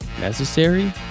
necessary